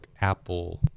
Apple